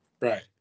Right